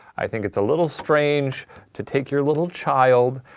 i think it's a little strange to take your little child,